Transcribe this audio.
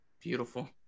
beautiful